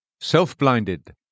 Self-blinded